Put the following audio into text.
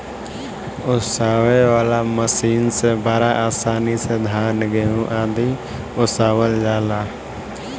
ओसावे वाला मशीन से बड़ा आसानी से धान, गेंहू आदि ओसावल जाला